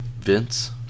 Vince